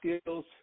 skills